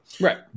right